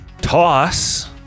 toss